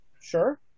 sure